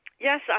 Yes